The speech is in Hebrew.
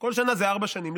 כל שנה זה ארבע שנים.